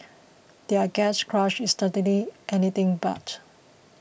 their gatecrash is certainly anything but